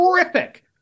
Terrific